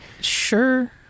Sure